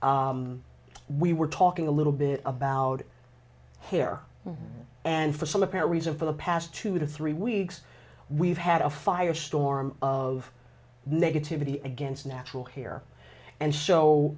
we were talking a little bit about hair and for some apparent reason for the past two to three weeks we've had a firestorm of negativity against natural here and